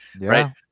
right